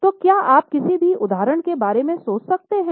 तो क्या आप किसी भी उदाहरण के बारे में सोच सकते हैं